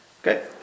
Okay